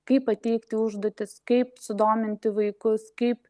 kaip pateikti užduotis kaip sudominti vaikus kaip